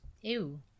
Ew